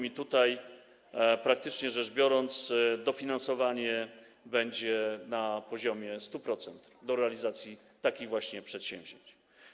I tutaj, praktycznie rzecz biorąc, dofinansowanie będzie na poziomie 100%, jeżeli chodzi o realizację takich właśnie przedsięwzięć.